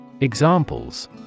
Examples